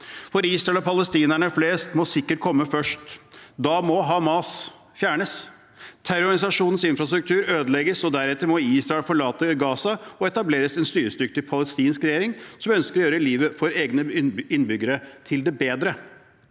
For Israel og palestinere flest må sikkerhet komme først. Da må Hamas fjernes og terrororganisasjonens infrastruktur ødelegges. Deretter må Israel forlate Gaza, og det må etableres en styringsdyktig palestinsk regjering som ønsker å gjøre egne innbyggeres liv bedre.